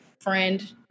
Friend